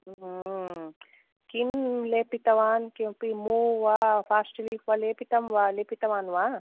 किं लेपितवान् किमपि मूव् वा फास्ट् रिलीफ् वा लेपितं लेपितवान् वा